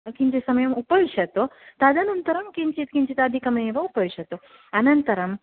किञ्चित् समयम् उपविशतु तदनन्तरं किञ्चित् किञ्चित् अधिकमेव उपविशतु अनन्तरम्